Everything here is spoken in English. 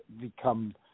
become